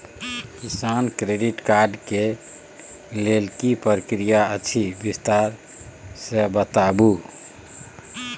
किसान credit card के लेल की प्रक्रिया अछि विस्तार से बताबू?